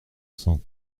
cent